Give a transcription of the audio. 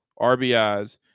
RBIs